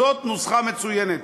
זאת נוסחה מצוינת,